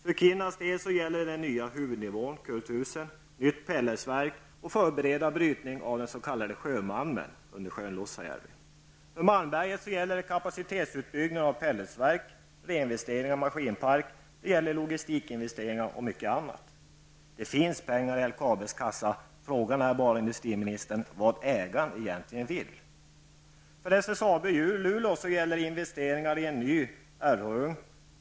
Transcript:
För Kirunas del gäller den nya huvudnivån kujtusen, nytt pelletsverk och förberedning av brytning av den s.k. sjömalmen under sjön För Malmberget gäller det kapacitetsutbyggnad av pelletsverk, reinvesteringar av maskinpark, logistikinvesteringar och mycket annat. Det finns pengar i LKABs kassa. Frågan är bara, industriministern, vad ägaren egentligen vill. ugn.